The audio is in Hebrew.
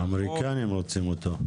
האמריקאים רוצים אותה.